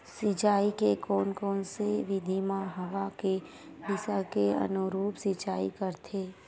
सिंचाई के कोन से विधि म हवा के दिशा के अनुरूप सिंचाई करथे?